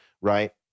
right